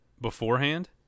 beforehand